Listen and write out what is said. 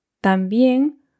También